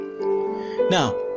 Now